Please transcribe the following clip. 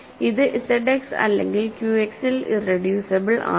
ഇത് Z X അല്ലെങ്കിൽ ക്യുഎക്സിൽ ഇറെഡ്യൂസിബിൾ ആണോ